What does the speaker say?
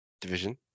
division